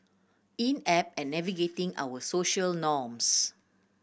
inept at navigating our social norms